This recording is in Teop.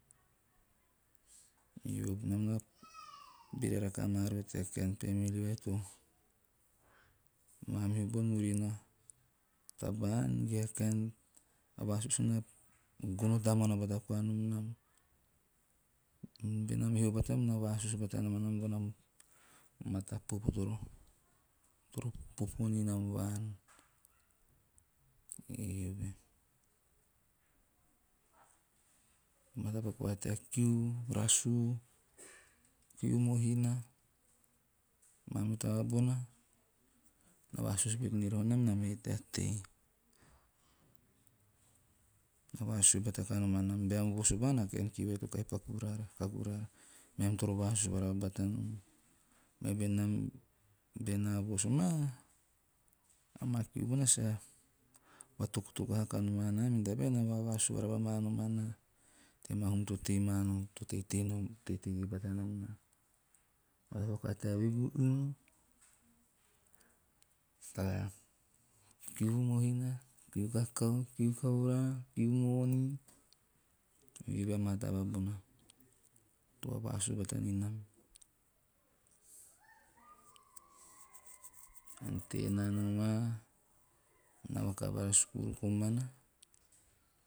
nam na beera rakaha maa roho tea kaen 'family' vai to mamiha bon, murina taba ann ge a kaen a vasusu na gono tamuana bata koa nom nam. Benam hio bata nom na vasusu bata nom anam bona matapaku toro popo ninam vaan, eove. Matapaku va tea kiu rasuu, kiuu mohina, mamihhu taba bona na vasusu pete niroho nam nam he tea tei. Na sue bata kanom anam, "beam vos vaan, a kaeen kiu vai to kahi paku raara, meam toro vasusu varaba bata nieve." Me benam vosu maa, maa kiu bona sa vatoku toku haa kinom anaa mene tabae na vasusu varaba manom anaa tea maa hum to teitei ma. Matapaku va tea vigu inu, tea kiu mohina, kiu kakao, kiu kavura, kiu moni, eove amaa taba bona to vavasusu bata niam ante menaa nomaa, naa vakavara skuru komana.